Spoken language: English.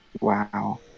Wow